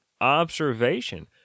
observation